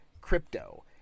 crypto